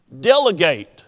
Delegate